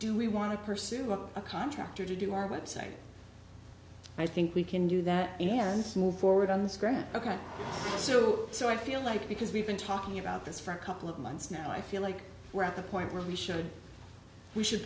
do we want to pursue a contractor to do our website i think we can do that in and move forward on the screen ok so so i feel like because we've been talking about this for a couple of months now i feel like we're at the point where we should we should